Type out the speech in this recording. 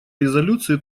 резолюции